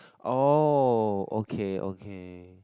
oh okay okay